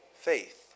Faith